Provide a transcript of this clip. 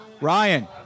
Ryan